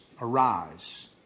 arise